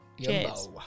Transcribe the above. Cheers